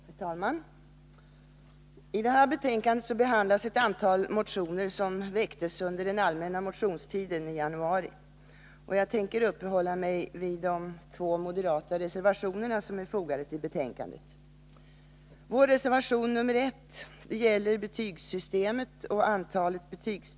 Herr talman! I det här betänkandet behandlas ett antal motioner som väcktes under den allmänna motionstiden i januari. Jag tänker uppehålla mig vid de två moderata reservationer som är fogade till betänkandet.